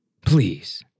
Please